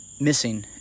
missing